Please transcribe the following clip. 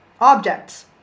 objects